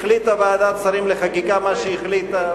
החליטה ועדת שרים לחקיקה מה שהחליטה,